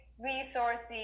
resources